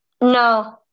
no